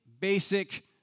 basic